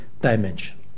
dimension